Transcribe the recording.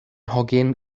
hogyn